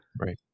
right